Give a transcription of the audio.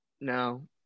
no